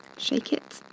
shake it.